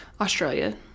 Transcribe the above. Australia